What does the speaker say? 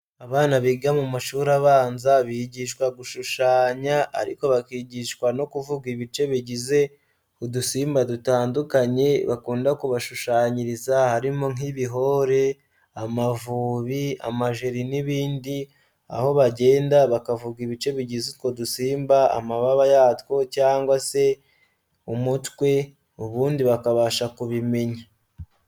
Abana biga mu mashuri abanza bigishwa gushushanya ariko bakigishwa no kuvuga ibice bigize udusimba dutandukanye bakunda kubashushanyiriza harimo nk'ibihore, amavubi, amajeri n'ibindi aho bagenda bakavuga ibice bigize utwo dusimba, amababa yatwo cyangwa se umutwe ubundi bakabasha kubimenya.